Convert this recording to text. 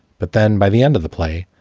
but then by the end of the play,